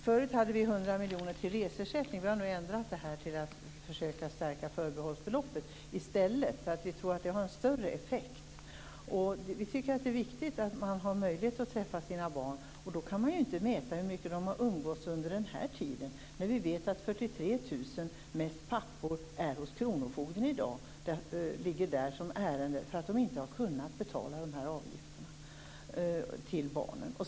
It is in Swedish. Förut hade vi 100 miljoner till reseersättning, och vi har nu ändrat det för att försöka stärka förbehållsbeloppet i stället, därför att vi tror att det har en större effekt. Vi tycker att det är viktigt att man har möjlighet att träffa sina barn. Man kan ju inte mäta hur mycket de har umgåtts under den här tiden, när vi vet att 43 000 ärenden ligger hos kronofogden på grund av att föräldrar - mest pappor - inte har kunnat betala avgifterna till barnen.